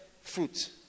fruit